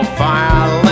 fire